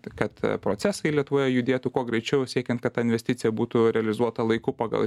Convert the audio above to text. kad procesai lietuvoje judėtų kuo greičiau siekiant kad ta investicija būtų realizuota laiku pagal